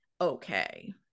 okay